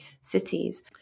cities